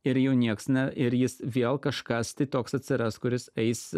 ir jų niekas na ir jis vėl kažkas tai toks atsiras kuris eis